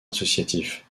associatif